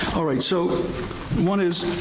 all right, so one is,